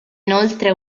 inoltre